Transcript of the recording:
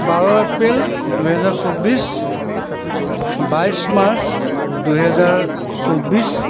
বাৰ April দুহেজাৰ চৌব্বিছ বাইছ মাৰ্চ দুহেজাৰ চৌব্বিছ